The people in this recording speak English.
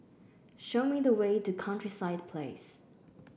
show me the way to Countryside Place